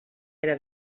era